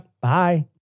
Bye